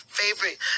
favorite